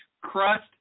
crust